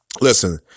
Listen